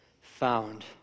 found